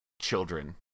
children